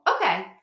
Okay